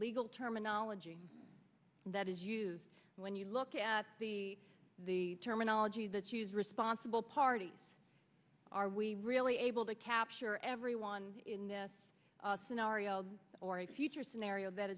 legal terminology that is used when you look at the the terminology that you use responsible parties are we really able to capture everyone in this scenario or a future scenario that